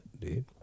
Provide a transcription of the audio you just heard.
dude